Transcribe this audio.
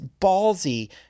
ballsy